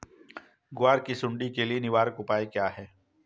ग्वार की सुंडी के लिए निवारक उपाय क्या है?